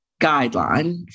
guideline